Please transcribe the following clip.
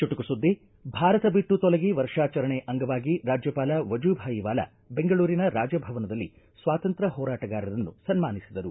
ಚುಟುಕು ಸುದ್ದಿ ಭಾರತ ಬಿಟ್ಟು ತೊಲಗಿ ವರ್ಷಾಚರಣೆ ಅಂಗವಾಗಿ ರಾಜ್ಯಪಾಲ ವಜೂಭಾಯಿ ವಾಲಾ ಬೆಂಗಳೂರಿನ ರಾಜಭವನದಲ್ಲಿ ಸ್ವಾತಂತ್ರ್ಯ ಹೋರಾಟಗಾರರನ್ನು ಸನ್ವಾನಿಸಿದರು